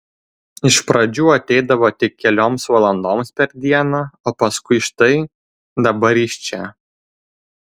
iš pradžių ateidavo tik kelioms valandoms per dieną o paskui štai dabar jis čia